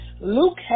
Luke